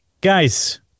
Guys